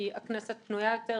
כי הכנסת פנויה יותר.